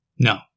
No